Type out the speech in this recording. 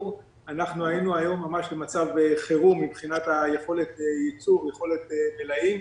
אנחנו היינו היום ממש במצב חירום מבחינת יכולת הייצור ויכולת המלאים.